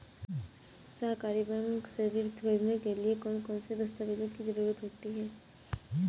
सहकारी बैंक से ऋण ख़रीदने के लिए कौन कौन से दस्तावेजों की ज़रुरत होती है?